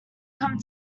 come